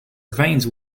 veins